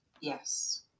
yes